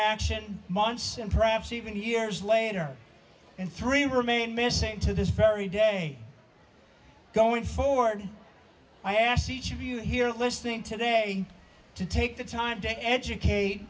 action months and perhaps even years later and three remain missing to this very day going forward i ask each of you here listening today to take the time to educate